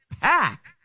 pack